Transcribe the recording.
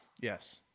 Yes